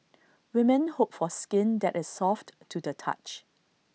women hope for skin that is soft to the touch